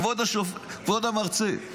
כבוד המרצה,